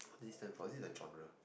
what these stand for is it the genre